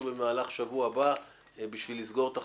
במהלך השבוע הבא בשביל לסגור את החקיקה.